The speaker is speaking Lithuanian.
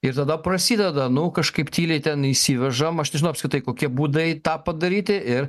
ir tada prasideda nu kažkaip tyliai ten įsivežam aš nežinau apskritai kokie būdai tą padaryti ir